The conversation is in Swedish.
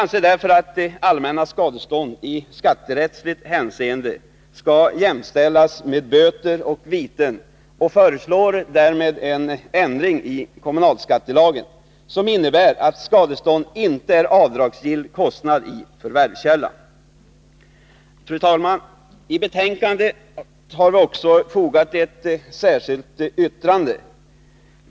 Enligt vår mening skall allmänna skadestånd i skatterättsligt hänseende jämställas med böter och viten, och vi föreslår därmed en ändring i kommunalskattelagen, som innebär att skadestånd inte är avdragsgill kostnad i förvärvskälla. Fru talman! Vid betänkandet har vi också fogat ett särskilt yttrande.